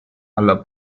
alla